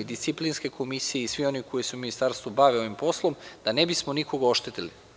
i disciplinske komisije i svi oni koji se u Ministarstvu bave ovim poslom, da ne bismo nikoga oštetili.